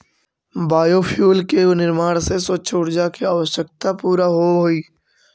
biofuel के निर्माण से स्वच्छ ऊर्जा के आवश्यकता पूरा होवऽ हई